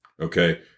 Okay